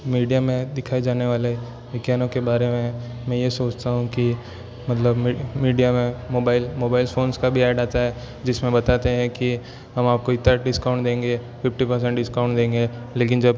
media में दिखाए जाने वाले विज्ञानों के बारे में मैं यह सोचता हूँ कि मतलब मीडिया में मोबाइल मोबाइल फ़ोन्स का भी ऐड आता है जिसमें बताते हैं कि हम आपको इतना डिस्काउंट देंगे फिफ्टी परसेंट डिस्काउंट देंगे लेकिन जब